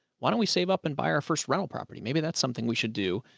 why don't we save up and buy our first rental property? maybe that's something we should do.